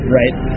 right